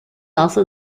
also